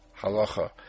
halacha